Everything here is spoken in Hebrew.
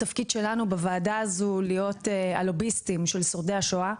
התפקיד שלנו בוועדה הזו הוא להיות הלוביסטים של שורדי השואה,